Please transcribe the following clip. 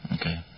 Okay